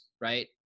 right